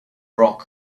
rock